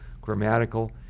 grammatical